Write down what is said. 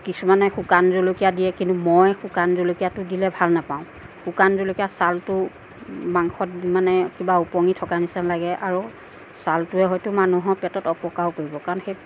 কিছুমানে শুকান জলকীয়া দিয়ে কিন্তু মই শুকান জলকীয়াটো দিলে ভাল নেপাওঁ শুকান জলকীয়া চালটো মাংসত মানে কিবা ওপঙি থকা নিচিনা লাগে আৰু চালটোৱে হয়তো মানুহৰ পেটত অপকাৰো কৰিব কাৰণ সেই